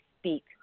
speak